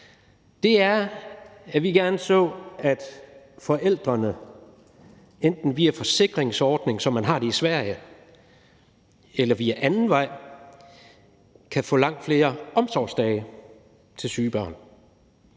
det er, at vi gerne så, at forældrene enten via en forsikringsordning, som man har det i Sverige, eller ad anden vej kan få langt flere omsorgsdage til deres